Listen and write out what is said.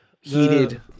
heated